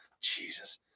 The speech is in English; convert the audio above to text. jesus